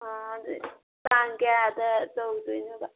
ꯑꯣ ꯑꯗꯣ ꯇꯥꯡ ꯀꯌꯥꯗ ꯆꯠꯂꯨꯗꯣꯏꯅꯣꯕ